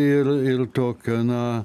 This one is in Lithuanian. ir ir tokio na